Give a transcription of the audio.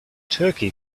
turkey